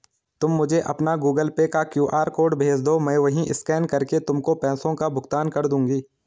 तुम मुझे अपना गूगल पे का क्यू.आर कोड भेजदो, मैं वहीं स्कैन करके तुमको पैसों का भुगतान कर दूंगी